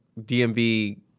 DMV